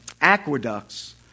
aqueducts